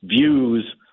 views